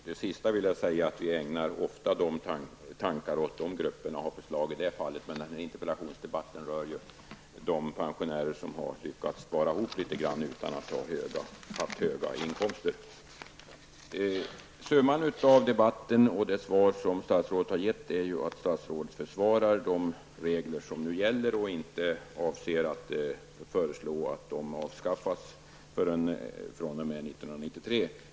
Herr talman! Till det sist sagda vill jag tillägga att vi ofta ägnar de grupperna en tanke, och vi har förslag i dessa fall. Men denna interpellationsdebatt rör ju de pensionärer utan höga inkomster som har lyckats spara ihop litet grand. Summan av debatten och det svar som statsrådet har gett är att statsrådet försvarar de regler som nu gäller och att han inte avser att föreslå att de avskaffas förrän år 1993.